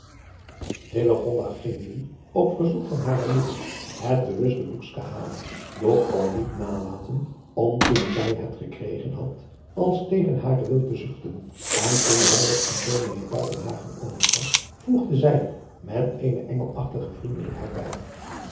ging nu op verzoek van hare moeder het bewuste boekske halen doch kon niet nalaten om toen zij het gekregen had als tegen haren wil te zuchten en toen zij het aan ds buitenhagen overgaf voegde zij er met eene engelachtige vriendelijkheid bij